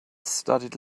studied